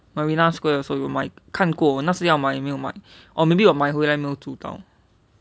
marina square also 有买看过我那时要买没有买 or maybe 我买回来没有煮到